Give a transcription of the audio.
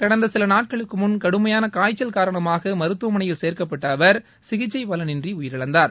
கடந்த சில நாட்களுக்கு முன் சடுமையான காய்ச்சல் காரணமாக மருத்துவமனையில் சேர்க்கப்பட்ட அவர் சிகிச்சை பலனின்றி உயிரிழந்தார்